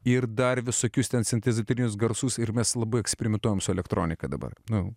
ir dar visokius ten sintetinius garsus ir mes labai eksperimentuojam su elektronika dabar nu